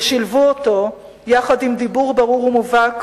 שילבו אותו יחד עם דיבור ברור ומובהק